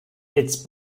its